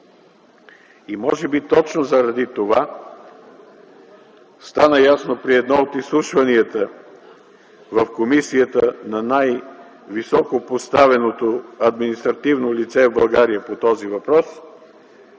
И може би точно заради това стана ясно при едно от изслушванията в комисията на най-високо поставеното административно лице в България по този въпрос,